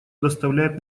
доставляет